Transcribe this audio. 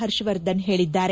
ಹರ್ಷವರ್ಧನ್ ಹೇಳಿದ್ದಾರೆ